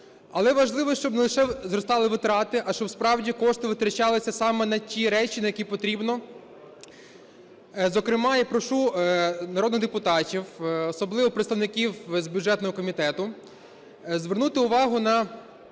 Але важливо, щоб не лише зростали витрати, а щоб, справді, кошти витрачалися саме на і речі, на які потрібно. Зокрема, я прошу народних депутатів, особливо представників з бюджетного комітету звернути увагу на